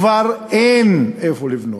כבר אין איפה לבנות.